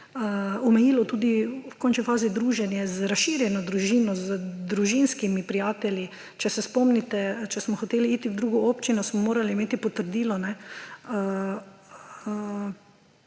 končni fazi omejilo druženje z razširjeno družino, z družinskimi prijatelji. Če se spomnite, če smo hoteli iti v drugo občino, smo morali imeti potrdilo.